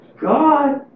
God